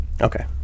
Okay